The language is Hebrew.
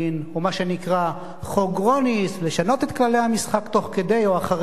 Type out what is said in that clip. או מה שנקרא "חוק גרוניס" לשנות את כללי המשחק תוך כדי או אחרי.